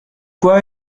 quoi